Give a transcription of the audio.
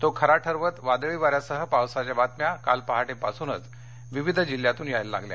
तो खरा ठरवत वादळी वाऱ्यासह पावसाच्या बातम्या काल पहाटेपासूनच विविध जिल्ह्यातून यायला लागल्या